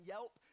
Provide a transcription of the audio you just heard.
Yelp